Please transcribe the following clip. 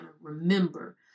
remember